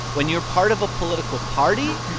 when you're part of a political party,